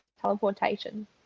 teleportation